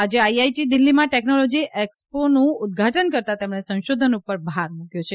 આજે આઈઆઈટી દિલ્હીમાં ટેકનોલોજી એક્ષસ્પોનું ઉદઘાટન કરતાં તેમણે સંશોધન પર ભાર મુકથો છે